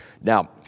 Now